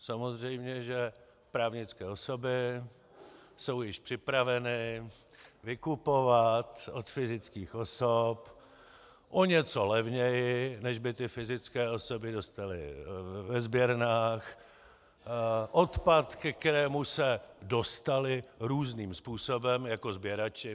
Samozřejmě že právnické osoby jsou již připraveny vykupovat od fyzických osob o něco levněji, než by ty fyzické osoby dostaly ve sběrnách, odpad, ke kterému se dostaly různým způsobem jako sběrači.